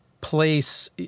place